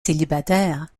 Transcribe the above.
célibataire